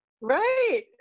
Right